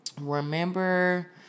Remember